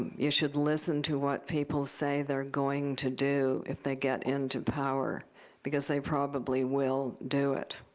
you should listen to what people say they're going to do if they get into power because they probably will do it.